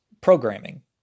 programming